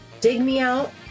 digmeout